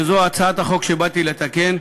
שאותה הצעת החוק באה לתקן,